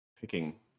picking